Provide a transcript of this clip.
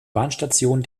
bahnstation